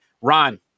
Ron